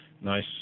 nice